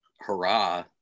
hurrah